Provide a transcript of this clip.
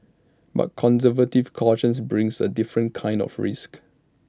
but conservative caution brings A different kind of risk